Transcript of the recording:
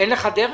אין לך דרך.